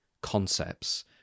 concepts